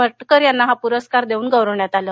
भटकर यांना हा पुरस्कार देऊन गौरवण्यात आलं